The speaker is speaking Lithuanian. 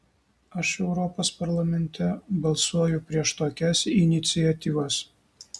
aš europos parlamente balsuoju prieš tokias iniciatyvas